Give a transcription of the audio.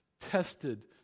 tested